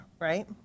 right